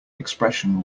expression